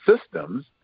systems